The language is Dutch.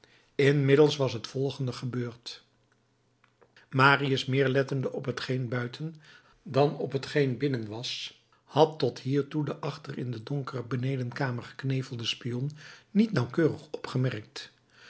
inmiddels was het volgende gebeurd marius meer lettende op hetgeen buiten dan op hetgeen binnen was had tot hiertoe den achter in de donkere benedenkamer geknevelden spion niet nauwkeurig opgemerkt